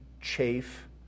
chafe